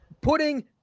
putting